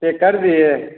ये कर दिए हैं